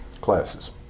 classes